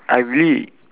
I really